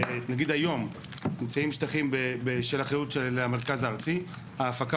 נגיד היום נמצאים שטחים באחריות המרכז הארצי ההפקה